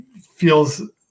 feels